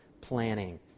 planning